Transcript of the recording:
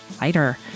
lighter